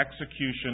execution